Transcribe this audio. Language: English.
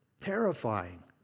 terrifying